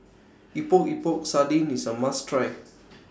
Epok Epok Sardin IS A must Try